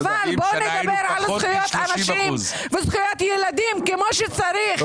בואו נדבר על זכויות אנשים וזכויות ילדים כמו שצריך,